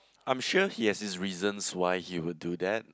I am sure he has his reasons why he would do that